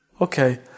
okay